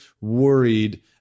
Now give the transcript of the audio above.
worried